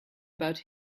about